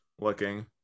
looking